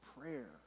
prayer